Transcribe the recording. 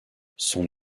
son